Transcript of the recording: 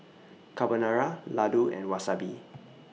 Carbonara Ladoo and Wasabi